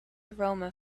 aroma